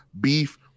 beef